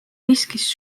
riskis